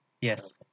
Yes